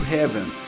Heaven